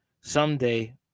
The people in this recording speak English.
Someday